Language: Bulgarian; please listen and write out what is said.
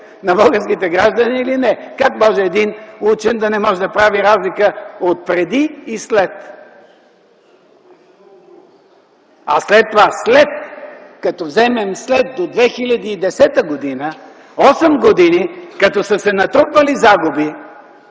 на българските граждани или не. Как може един учен да не може да прави разлика от преди и след? А след това – след като вземем след 2010 г. осем години, като са се натрупали загуби,